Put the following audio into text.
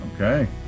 Okay